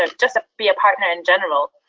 um just be a partner in general.